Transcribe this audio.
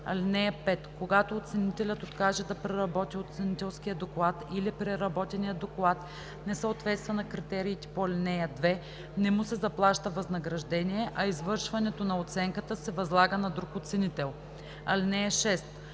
(5) Когато оценителят откаже да преработи оценителския доклад или преработеният доклад не съответства на критериите по ал. 2, не му се заплаща възнаграждение, а извършването на оценката се възлага на друг оценител. (6)